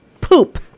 poop